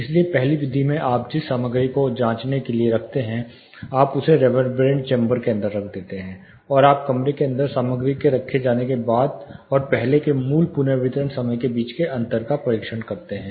इसलिए पहली विधि में आप जिस सामग्री को जांचने के लिए रखते हैं आप उसे रेवेरबेरेंट चैंबर के अंदर रख देते हैं और आप कमरे के अंदर सामग्री के रखे जाने के बाद और पहले के मूल पुनर्वितरण समय के बीच अंतर का परीक्षण करते हैं